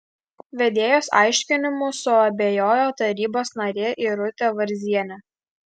vedėjos aiškinimu suabejojo tarybos narė irutė varzienė